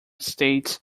states